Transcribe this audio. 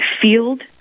field